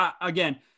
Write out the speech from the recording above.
Again